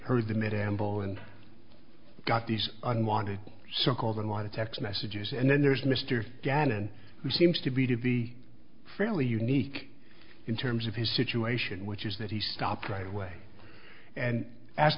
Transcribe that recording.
and got these unwanted circles and lot of text messages and then there's mr gannon who seems to be to be fairly unique in terms of his situation which is that he stopped right away and